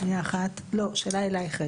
לא, השאלה היא אלייך.